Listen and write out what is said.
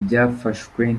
byafashwe